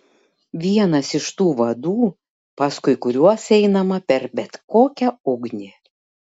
vienas iš tų vadų paskui kuriuos einama per bet kokią ugnį